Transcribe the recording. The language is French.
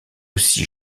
aussi